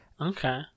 okay